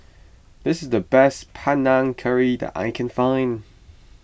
this is the best Panang Curry that I can find